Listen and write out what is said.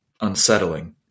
unsettling